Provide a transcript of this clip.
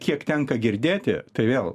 kiek tenka girdėti tai vėl